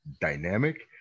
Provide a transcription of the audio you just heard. dynamic